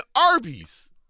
arby's